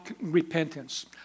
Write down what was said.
repentance